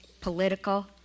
political